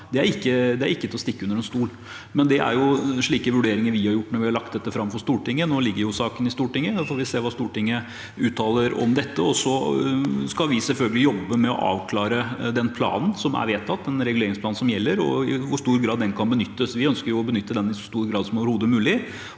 det er ikke til å stikke under stol. Men det er slike vurderinger vi har foretatt når vi har lagt dette fram for Stortinget. Nå ligger saken i Stortinget, og vi får se hva Stortinget uttaler om dette. Vi skal selvfølgelig jobbe med å avklare den planen som er vedtatt, den reguleringsplanen som gjelder, og i hvor stor grad den kan benyttes. Vi ønsker å benytte den i så stor grad som overhodet mulig.